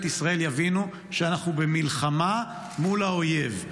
ישראל יבינו שאנחנו במלחמה מול האויב.